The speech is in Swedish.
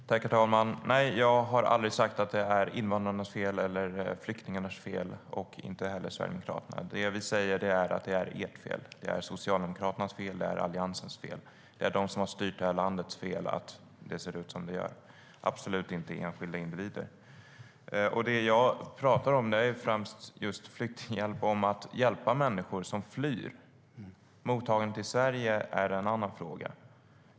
Herr talman! Jag och Sverigedemokraterna har aldrig sagt att det är invandrarnas eller flyktingarnas fel. Jag säger att det är Socialdemokraternas och Alliansens fel. Det är de som har styrt landet, och det är deras fel att det ser ut som det gör. Det är absolut inte enskilda individers fel. Flyktinghjälp handlar om att hjälpa människor som flyr. Mottagningen i Sverige är en annan fråga.